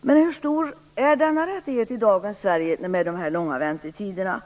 Men hur stor är denna rättighet i dagens Sverige, med de långa väntetiderna?